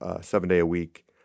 seven-day-a-week